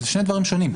אלו שני דברים שונים.